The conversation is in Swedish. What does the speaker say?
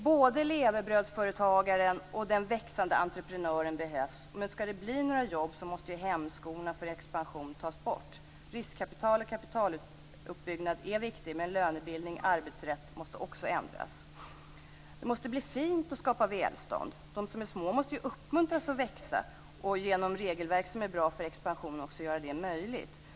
Både levebrödsföretagaren och den växande entreprenören behövs men om det skall bli några jobb måste hämskon för expansion tas bort. Riskkapital och kapitaluppbyggnad är viktigt men lönebildning och arbetsrätt måste också ändras. Det måste bli fint att skapa välstånd. De som är små måste uppmuntras att växa. Det gäller att genom regelverk som är bra för expansion också göra det möjligt.